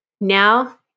Now